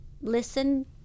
listen